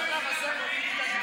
בשלב הזה אנחנו מתנגדים.